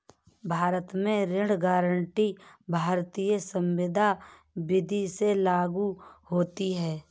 भारत में ऋण गारंटी भारतीय संविदा विदी से लागू होती है